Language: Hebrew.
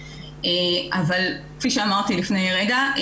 אבל כמו שאמרתי לפני רגע,